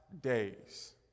days